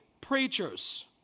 preachers